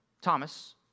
Thomas